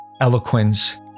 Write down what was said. eloquence